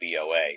BOA